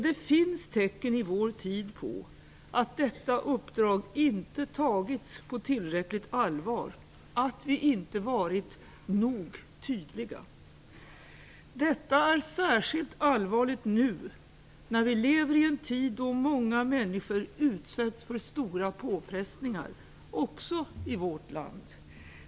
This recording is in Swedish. Det finns tecken i vår tid på att detta uppdrag inte tagits på tillräckligt allvar, att vi inte varit nog tydliga. Detta är särskilt allvarligt nu, när vi lever i en tid då många människor utsätts för stora påfrestningar, också i vårt land.